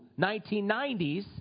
1990s